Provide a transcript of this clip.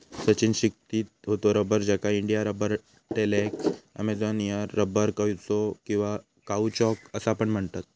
सचिन शिकवीत होतो रबर, ज्याका India rubber, latex, Amazonian rubber, कौचो किंवा काउचॉक असा पण म्हणतत